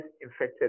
infected